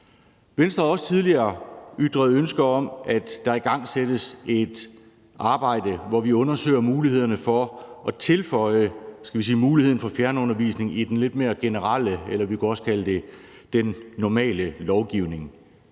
Venstre har også tidligere ytret ønske om, at der igangsættes et arbejde, hvor vi undersøger mulighederne for at tilføje muligheden for fjernundervisning i den lidt mere generelle eller, som vi også kan kalde det, normale lovgivning.